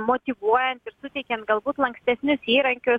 motyvuojant ir suteikiant galbūt lankstesnius įrankius